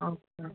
ആ ആ